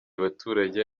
baturage